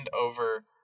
over